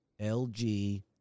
LG